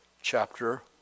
chapter